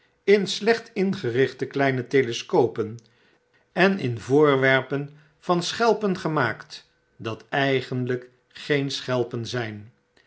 in slecht ingerichte kleine telescopen en in voorwerpen van schelpen gemaakt dat eigenltjk geen schelpen zijn